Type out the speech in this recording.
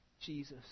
Jesus